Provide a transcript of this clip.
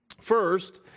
First